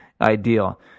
ideal